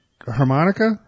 Harmonica